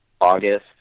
August